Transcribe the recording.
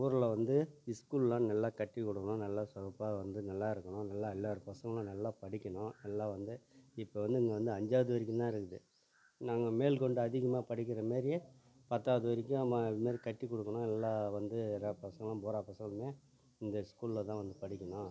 ஊரில் வந்து இஸ்கூல்லாம் நல்லா கட்டி கொடுக்கணும் நல்லா சூப்பராக வந்து நல்லாயிருக்கணும் நல்லா எல்லோரு பசங்களும் நல்லா படிக்கணும் நல்லா வந்து இப்போ வந்து இங்கே வந்து அஞ்சாவது வரைக்குந்தான் இருக்குது நாங்கள் மேல்கொண்டு அதிகமாக படிக்கின்ற மாதிரி பத்தாவது வரைக்கும் மா இதுமாதிரி கட்டி கொடுக்கணும் நல்லா வந்து எல்லாப் பசங்களும் பூராப் பசங்களுமே இந்த ஸ்கூலில் தான் வந்து படிக்கணும்